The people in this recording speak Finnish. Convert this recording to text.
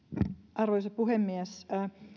arvoisa puhemies